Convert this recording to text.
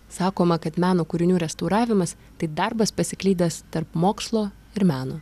sakoma kad meno kūrinių restauravimas tai darbas pasiklydęs tarp mokslo ir meno